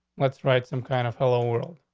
let's write some kind of fellow world.